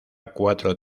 cuatro